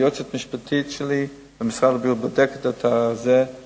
היועצת המשפטית שלי במשרד הבריאות בודקת את זה באינטנסיביות.